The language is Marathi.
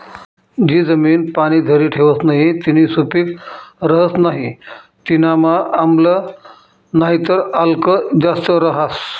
जी जमीन पाणी धरी ठेवस नही तीनी सुपीक रहस नाही तीनामा आम्ल नाहीतर आल्क जास्त रहास